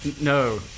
No